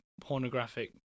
pornographic